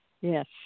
Yes